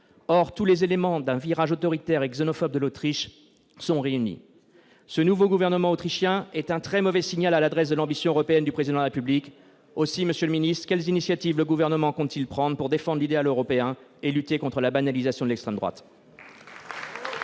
Or tous les éléments d'un virage autoritaire et xénophobe de l'Autriche sont réunis. La formation de ce nouveau gouvernement autrichien est un très mauvais signal au regard de l'ambition européenne du Président de la République. Quelles initiatives le Gouvernement compte-t-il prendre pour défendre l'idéal européen et lutter contre la banalisation de l'extrême droite ?